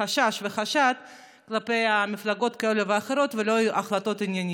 חשש ממפלגות כאלה ואחרות, ולא החלטות ענייניות.